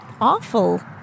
awful